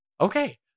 okay